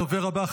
הדובר הבא,